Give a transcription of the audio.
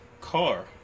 car